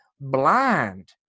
blind